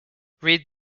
read